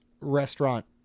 restaurant